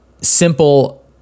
simple